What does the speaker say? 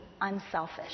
unselfish